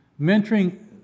Mentoring